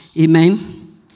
Amen